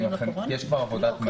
בגלל הקורונה?